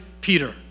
Peter